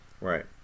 Right